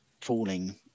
falling